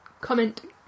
comment